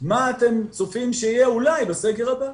מה אתם צופים שיהיה אולי בסגר הבא.